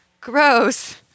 Gross